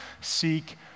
seek